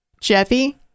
Jeffy